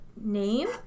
name